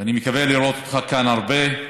ואני מקווה לראות אותך כאן הרבה,